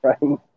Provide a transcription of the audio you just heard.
Right